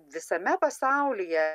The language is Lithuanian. visame pasaulyje